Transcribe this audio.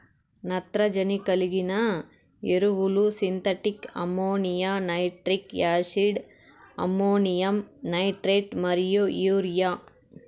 నత్రజని కలిగిన ఎరువులు synthetic ammonia, nitric acid, ammonium nitrate మరియు యూరియా